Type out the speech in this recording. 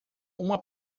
uma